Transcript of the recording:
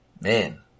man